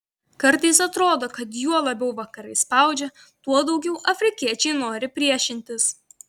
kartais atrodo kad juo labiau vakarai spaudžia tuo daugiau afrikiečiai nori priešintis